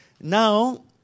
Now